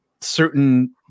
certain